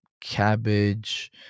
cabbage